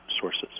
sources